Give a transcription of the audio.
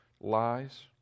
lies